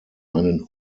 einen